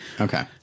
Okay